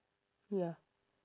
ya